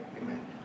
Amen